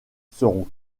seront